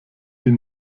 die